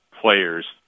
players